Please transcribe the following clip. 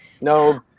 No